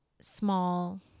small